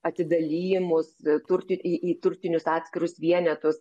atidalijimus turti į į turtinius atskirus vienetus